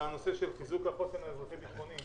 על הנושא של חיזוק החוסן האזרחי-ביטחוני,